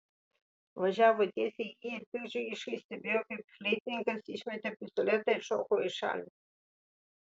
važiavo tiesiai į jį ir piktdžiugiškai stebėjo kaip fleitininkas išmetė pistoletą ir šoko į šalį